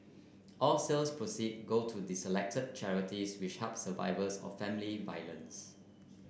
all sales proceed go to selected charities which help survivors of family violence